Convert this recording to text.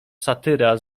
satyra